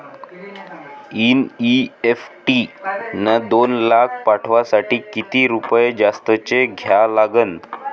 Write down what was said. NEFT न दोन लाख पाठवासाठी किती रुपये जास्तचे द्या लागन?